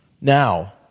Now